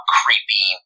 creepy